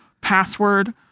password